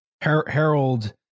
Harold